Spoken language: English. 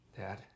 Dad